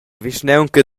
vischnaunca